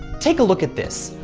take a look at this.